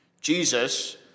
Jesus